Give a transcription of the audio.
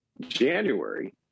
January—